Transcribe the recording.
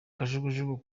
kajugujugu